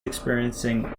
experiencing